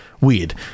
weird